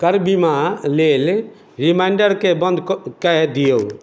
कर बीमा लेल रिमाइंडरके बंद कय दियौ